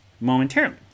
momentarily